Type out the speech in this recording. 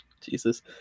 Jesus